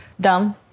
dumb